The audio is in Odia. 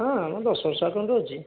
ହୁଁ ମୁଁ ଦେଉଛି